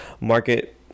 Market